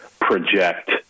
project